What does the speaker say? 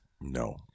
No